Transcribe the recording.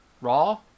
Raw